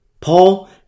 Paul